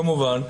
כמובן,